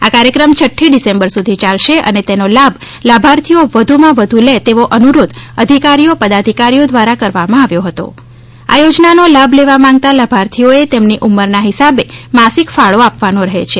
આ કાર્યક્રમ આવનાર છ ડિસેમ્બર સુધી યાલશે અને તેનો લાભ લાભાર્થીઓ વધુમાં વધુ લે તેવો અનુરોધ અધિકારીઓ પદાધિકારીઓ દ્વારા કરવામાં આવ્યો હતો આ યોજનાનો લાભ લેવા માંગતા લાભાર્થીઓએ તેમની ઉંમરના હિસાબે માસિક ફાળો આપવાનો રહે છે